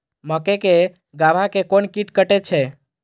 मक्के के गाभा के कोन कीट कटे छे?